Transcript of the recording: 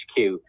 HQ